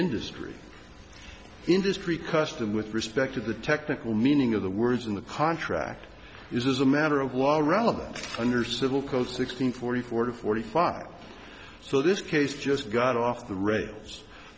industry industry custom with respect to the technical meaning of the words in the contract is as a matter of law relevant under civil code sixteen forty forty forty five so this case just got off the rails